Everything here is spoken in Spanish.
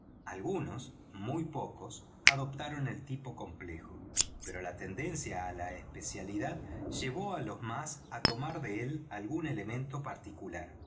algunos muy pocos adoptaron el tipo complejo pero la tendencia á la especialidad llevó á los más á tomar de él algún elemento particular